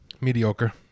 Mediocre